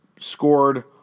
scored